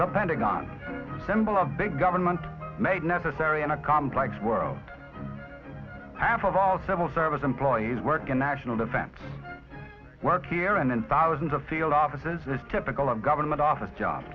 the pentagon the symbol of big government made necessary in a complex world half of all civil service employees work in national defense work here and in thousands of field offices is typical of government office job